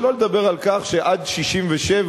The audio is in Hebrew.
שלא לדבר על כך שעד 1967,